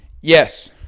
Yes